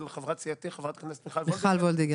חברת סיעתי חברת הכנסת מיכל וולדיגר,